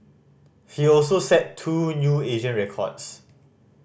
he also set two new Asian records